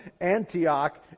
Antioch